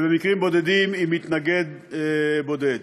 ובמקרים בודדים עם מתנגד בודד.